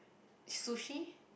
sushi